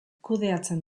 kudeatzen